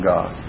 God